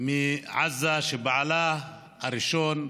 מעזה, שבעלה הראשון,